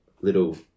little